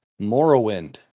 morrowind